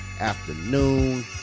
afternoon